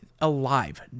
alive